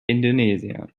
indonesia